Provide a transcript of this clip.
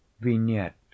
Vignette